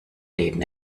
leben